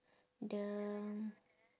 the